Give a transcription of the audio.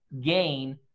gain